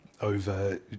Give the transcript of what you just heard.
Over